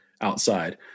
outside